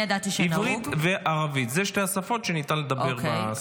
עברית וערבית, זה שתי השפות שניתן לדבר, בבקשה.